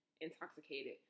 intoxicated